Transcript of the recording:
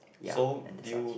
ya and that such